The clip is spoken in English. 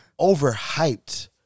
Overhyped